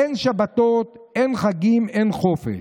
"אין שבתות, אין חגים, אין חופש.